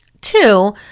Two